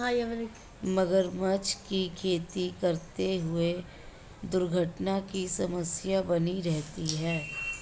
मगरमच्छ की खेती करते हुए दुर्घटना की समस्या बनी रहती है